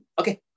Okay